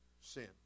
sin